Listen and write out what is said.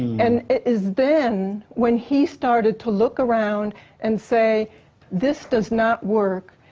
and it is then, when he started to look around and say this does not work,